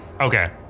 Okay